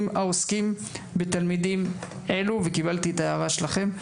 העוסקים בתלמידים אלה קיבלתי את ההערה שלכם.